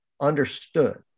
understood